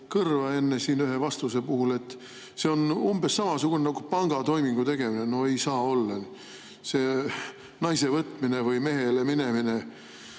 kõrva enne siin ühes vastuses see, et see on umbes samamoodi nagu pangatoimingu tegemine. No ei saa olla! Naisevõtmine või meheleminemine,